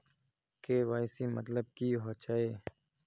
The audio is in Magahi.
के.वाई.सी मतलब की होचए?